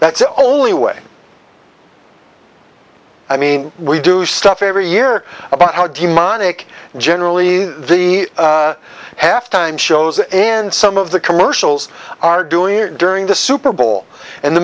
that's the only way i mean we do stuff every year about how daemonic generally the halftime shows and some of the commercials are doing during the super bowl and the